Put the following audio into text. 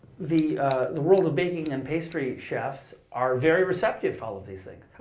the the world of baking and pastry chefs are very receptive to all of these things.